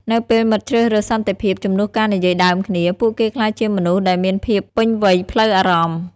នៅពេលមិត្តជ្រើសរើសសន្តិភាពជំនួសការនិយាយដើមគ្នា ពួកគេក្លាយជាមនុស្សដែលមានភាពពេញវ័យផ្លូវអារម្មណ៍។